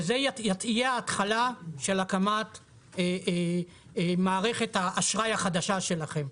וזו תהיה ההתחלה של הקמת מערכת האשראי החדשה שלכם.